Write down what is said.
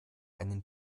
einen